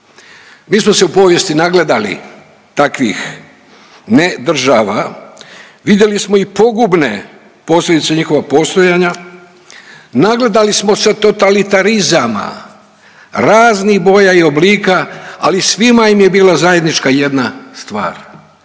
Mi smo se u povijesti nagledali takvih ne država, vidjeli smo i pogubne posljedice njihova postojanja, nagledali smo se totalitarizama raznih boja i oblika, ali svima im je bila zajednička jedna stvar